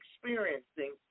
experiencing